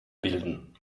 bilden